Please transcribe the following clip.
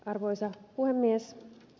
arvoisa puhemies